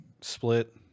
split